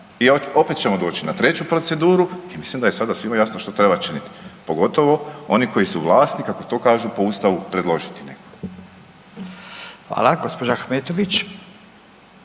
I opet ćemo doći na treću proceduru i mislim da je sada svima jasno što treba činiti, pogotovo oni koji su … /ne razumije se/ kako to kažu po Ustavu predložiti nekoga.